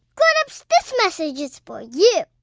grown-ups, this message is for you